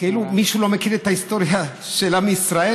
מישהו לא מכיר את ההיסטוריה של עם ישראל?